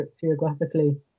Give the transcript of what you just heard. geographically